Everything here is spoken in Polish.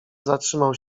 zatrzymał